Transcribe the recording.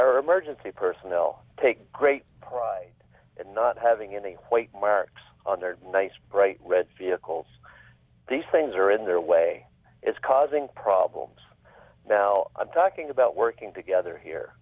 our emergency personnel take great pride in not having any white marks on their nice bright red fi eccles these things are in their way is causing problems now i'm talking about working together here